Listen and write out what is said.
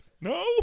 no